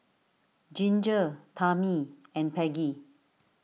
Ginger Tami and Peggie